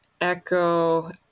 echo